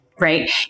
right